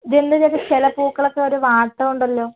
ഇതെന്താ ചേട്ടാ ചില പൂക്കളൊക്കെ ഒരു വാട്ടമുണ്ടല്ലോ